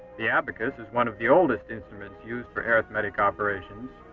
the abacus is one of the oldest instruments used for arithmetic operations.